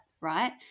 right